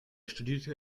studierte